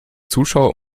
zuschauer